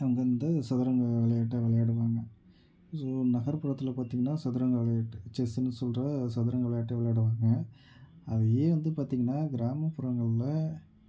அந்தந்த சதுரங்க விளையாட்டை விளையாடுவாங்க ஸோ நகர்புறத்தில் பார்த்திங்கன்னா சதுரங்க விளையாட்டை செஸ்ஸுன்னு சொல்கிற சதுரங்க விளையாட்டை விளையாடுவாங்க அதையே வந்து பார்த்திங்கன்னா கிராமப்புறங்களில்